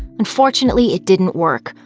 unfortunately, it didn't work.